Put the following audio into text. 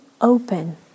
open